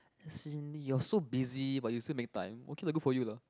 as in you're so busy but you still make time okay lah good for you lah